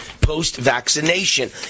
post-vaccination